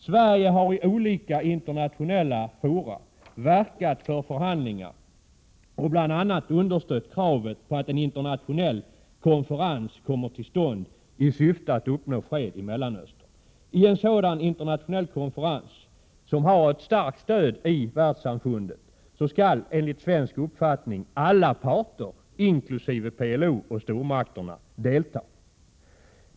Sverige har i olika internationella fora verkat för förhandlingar och bl.a. understött kravet på att en internationell konferens kommer till stånd i syfte att uppnå fred i Mellanöstern. Vid en sådan internationell konferens, som har ett starkt stöd i världssamfundet, skall, enligt svensk uppfattning, alla parter inkl. PLO och stormakterna delta.